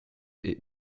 est